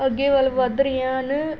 ਅੱਗੇ ਵੱਲ ਵਧ ਰਹੀਆਂ ਹਨ